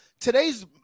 Today's